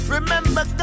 Remember